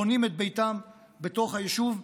בנו את ביתם בתוך היישוב,